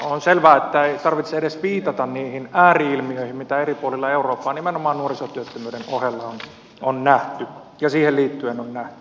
on selvää että ei tarvitse edes viitata niihin ääri ilmiöihin mitä eri puolilla eurooppaa nimenomaan nuorisotyöttömyyden ohella on nähty ja siihen liittyen on nähty